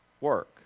work